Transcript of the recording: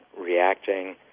reacting